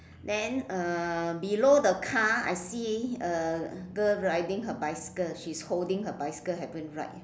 then uh below the car I see a girl riding her bicycle she's holding her bicycle haven't ride